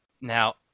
Now